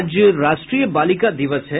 आज राष्ट्रीय बालिका दिवस है